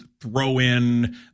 throw-in